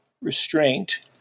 restraint